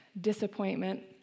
disappointment